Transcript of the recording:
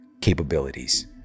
capabilities